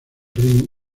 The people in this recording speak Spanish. ring